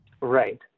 Right